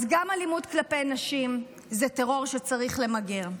אז גם אלימות כלפי נשים היא טרור שצריך למגר.